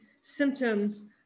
symptoms